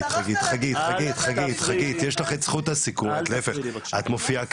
חגית, בואי, יש לך את זכות הדיבור, את מופיעה כאן,